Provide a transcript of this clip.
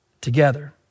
together